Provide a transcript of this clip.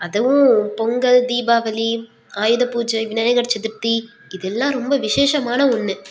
அதுவும் பொங்கல் தீபாவளி ஆயுத பூஜை விநாயகர் சதுர்த்தி இது எல்லாம் ரொம்ப விசேஷமான ஒன்று